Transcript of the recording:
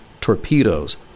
Torpedoes